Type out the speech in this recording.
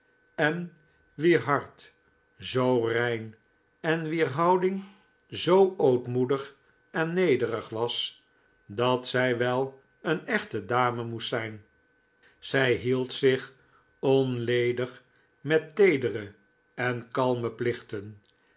en wier hart zoo rein en wier houding zoo ootmoedig en nederig was dat zij wel een echte dame moest zijn zij hield zich onledig met teedere en kalme plichten